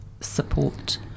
support